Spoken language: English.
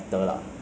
okay ya